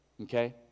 okay